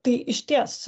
tai išties